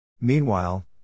Meanwhile